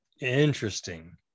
Interesting